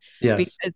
Yes